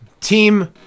Team